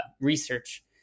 research